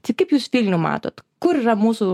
tai kaip jūs vilnių matot kur yra mūsų